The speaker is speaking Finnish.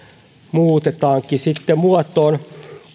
muutetaankin sitten muotoon